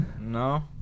No